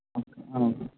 okay ఆ